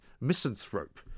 misanthrope